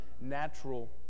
natural